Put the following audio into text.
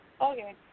Okay